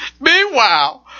Meanwhile